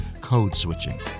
code-switching